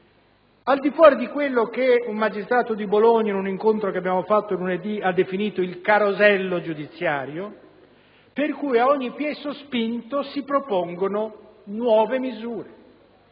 al di fuori di quanto un magistrato di Bologna, in un incontro svoltosi lunedì, ha definito il "carosello giudiziario" per cui ad ogni pie' sospinto si propongono nuove norme.